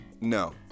no